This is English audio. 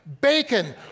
Bacon